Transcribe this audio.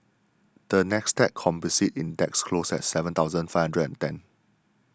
the NASDAQ Composite Index closed at seven thousand Five Hundred and ten